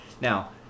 Now